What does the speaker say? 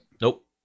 Nope